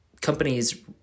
companies